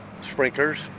sprinklers